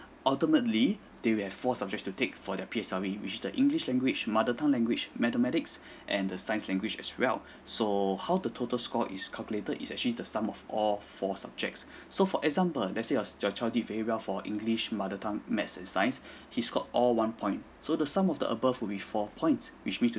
ultimately they will have four subject to take for their P_S_L_E which the english language mother tongue language mathematics and the science language as well so how the total score is calculated is actually the sum of all four subjects so for example let's say your your child did very well for english mother tongue maths and science he's scored all one point so the sum of the above would be four points which means